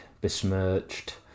besmirched